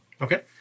Okay